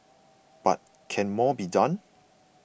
but can more be done